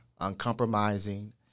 uncompromising